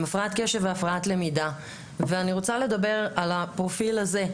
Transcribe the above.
הפרעת קשב והפרעת למידה ואני רוצה לדבר על הפרופיל הזה,